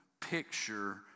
picture